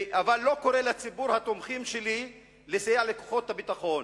אבל לא קורא לציבור התומכים שלי לסייע לכוחות הביטחון,